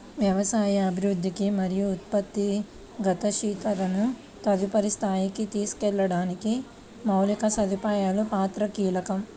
వ్యవసాయ అభివృద్ధికి మరియు ఉత్పత్తి గతిశీలతను తదుపరి స్థాయికి తీసుకెళ్లడానికి మౌలిక సదుపాయాల పాత్ర కీలకం